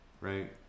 Right